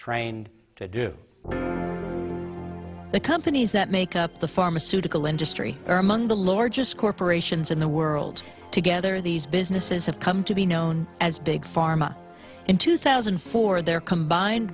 trained to do the companies that make up the pharmaceutical industry are among the largest corporations in the world together these businesses have come to be known as big pharma in two thousand and four their combined